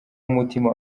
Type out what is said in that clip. umutima